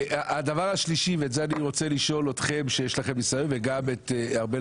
הדבר השלישי ואני רוצה לשאול אתכם כי יש לכם ניסיון וגם את ארבל,